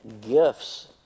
gifts